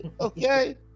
okay